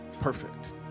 Perfect